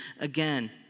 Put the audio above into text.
again